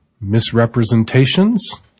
misrepresentations